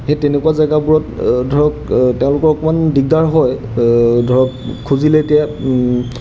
সেই তেনেকুৱা জেগাবোৰত ধৰক তেওঁলোকৰ অকণমান দিগদাৰ হয় ধৰক খুজিলে এতিয়া